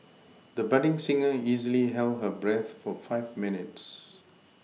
the budding singer easily held her breath for five minutes